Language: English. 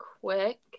quick